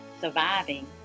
surviving